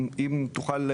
אם תוכל,